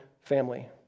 family